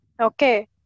Okay